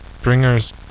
bringers